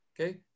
okay